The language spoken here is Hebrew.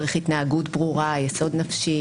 צריך התנהגות ברורה, יסוד נפשי,